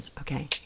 Okay